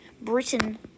Britain